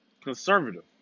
conservative